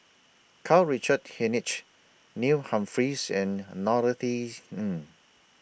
Karl Richard Hanitsch Neil Humphreys and Norothy Ng